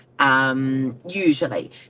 Usually